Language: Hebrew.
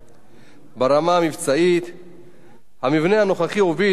המבנה הנוכחי הוביל ליצירת פערים ברמה המקצועית בין האיגודים,